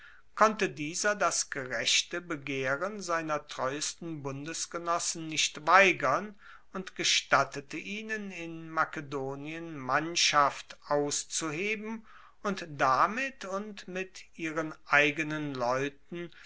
konnte dieser das gerechte begehren seiner treuesten bundesgenossen nicht weigern und gestattete ihnen in makedonien mannschaft auszuheben und damit und mit ihren eigenen leuten